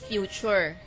Future